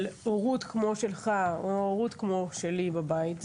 הורות כמו שלך או הורות כמו שלי בבית,